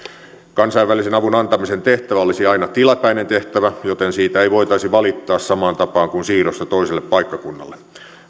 kansainvälisen avun antamisen tehtävä olisi aina tilapäinen tehtävä joten siitä ei voitaisi valittaa samaan tapaan kuin siirrosta toiselle paikkakunnalle